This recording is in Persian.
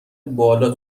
بالا